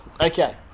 Okay